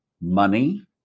money